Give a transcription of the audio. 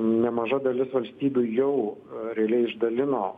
nemaža dalis valstybių jau realiai išdalino